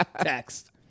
text